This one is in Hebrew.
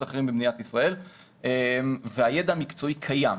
אחרים במדינת ישראל והידע המקצועי קיים.